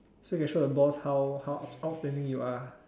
so you can show the boss how how out outstanding you are